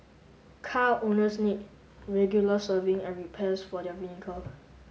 car owners need regular serving and repairs for their vehicle